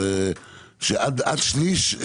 שעד שליש.